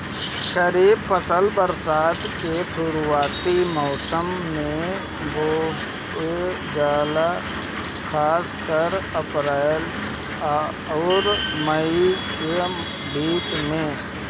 खरीफ फसल बरसात के शुरूआती मौसम में बोवल जाला खासकर अप्रैल आउर मई के बीच में